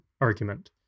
argument